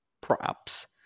props